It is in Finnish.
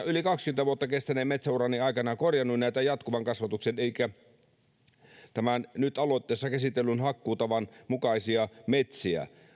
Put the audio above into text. yli kaksikymmentä vuotta kestäneen metsäurani aikana korjannut näitä jatkuvan kasvatuksen elikkä tämän nyt aloitteessa käsitellyn hakkuutavan mukaisia metsiä